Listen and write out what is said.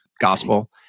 gospel